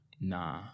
Nah